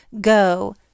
go